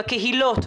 בקהילות,